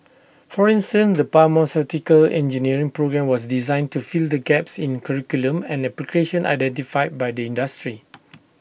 for instance the pharmaceutical engineering programme was designed to fill the gaps in curriculum and application identified by the industry